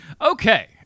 Okay